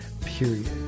period